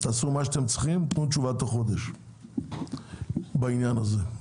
תעשו מה שאתם צריכים ותנו תשובה תוך חודש בעניין הזה.